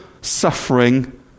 suffering